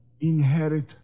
Inherit